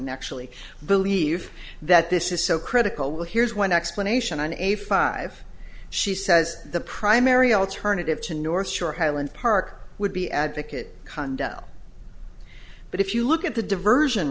norton actually believe that this is so critical here's one explanation on a five she says the primary alternative to north shore highland park would be advocate condo but if you look at the diversion